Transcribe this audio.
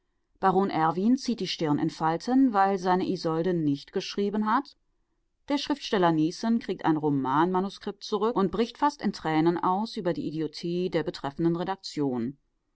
erwin zieht die stirn in falten weil seine isolde nicht geschrieben hat der schriftsteller niessen kriegt ein romanmanuskript zurück und bricht fast in tränen aus über die idiotie der betreffenden redaktion